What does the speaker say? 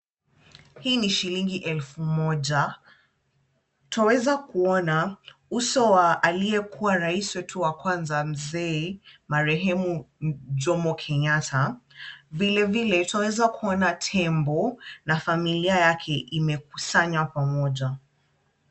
Hii ni shilingi elfu moja. Twaweza kuona uso wa aliyekuwa rais wetu wa kwanza mzee marehemu Jomo Kenyatta. Vilevile twaweza kuona tembo na familia yake imekusanya pamoja.